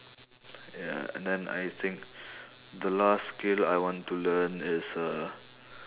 ya and then I think the last skill I want to learn is uh